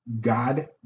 God